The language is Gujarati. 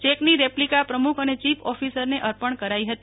ચેકની રેપલિકા પ્રમુખ અને ચીફ ઓફિસરને અર્પણ કરાઈ હતી